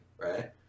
Right